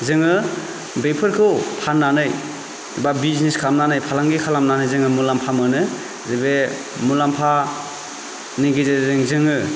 जोङो बेफोरखौ फाननानै बा बिजनेस खालामनानै फालांगि खालामनानै जोङो मुलाम्फा मोनो जे बे मुलाम्फानि गेजेरजों जोङो